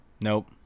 Nope